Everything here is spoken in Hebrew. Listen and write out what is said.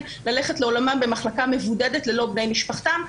ללכת לעולמם במחלקה מבודדת ללא בני משפחתם,